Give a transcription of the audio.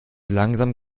langsam